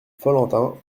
follentin